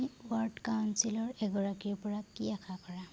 তুমি ৱাৰ্ড কাউঞ্চিলৰ এগৰাকীৰ পৰা কি আশা কৰা